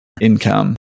income